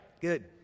Good